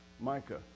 Micah